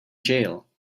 jail